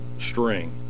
string